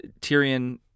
Tyrion